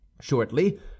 shortly